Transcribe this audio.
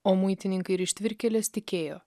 o muitininkai ir ištvirkėlės tikėjo